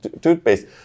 toothpaste